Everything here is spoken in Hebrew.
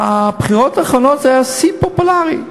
בבחירות האחרונות זה היה שיא הפופולרי.